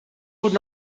would